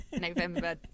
november